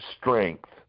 strength